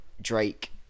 Drake